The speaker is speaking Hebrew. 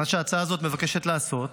מה שההצעה הזאת מבקשת לעשות,